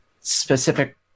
specific